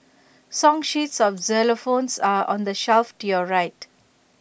song sheets for xylophones are on the shelf to your right